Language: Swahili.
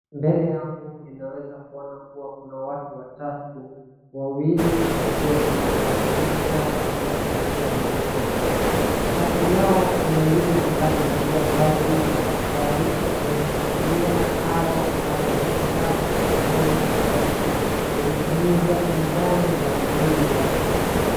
Mbele yangu nimeweza kuwa kuna watu watatu ,wawili wakiwa ni watu wakubwa mmoja akiwa ni mtoto. Kati yao kuna yule ambaye amevalia vazi la daktari anashikilia ala ambaye ni sindano mikononi anaigiza ndani ya mwili ya mtoto.